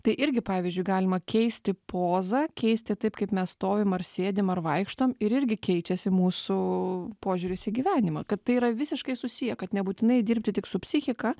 tai irgi pavyzdžiui galima keisti pozą keisti taip kaip mes stovim ar sėdim ar vaikštom ir irgi keičiasi mūsų požiūris į gyvenimą kad tai yra visiškai susiję kad nebūtinai dirbti tik su psichika